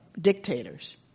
dictators